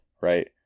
right